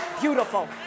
beautiful